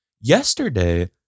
yesterday